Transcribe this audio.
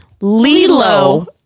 Lilo